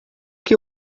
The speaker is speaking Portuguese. que